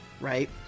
right